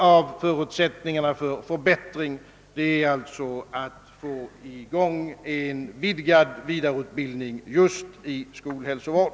En förutsättning för förbättring är att få i gång en vidgad vidareutbildning i skolhälsovård.